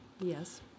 Yes